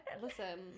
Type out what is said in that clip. Listen